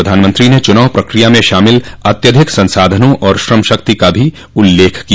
प्रधानमंत्री ने चुनाव प्रक्रिया में शामिल अत्यधिक संसाधनों और श्रम शक्ति का भी उल्लेख किया